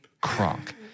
Kronk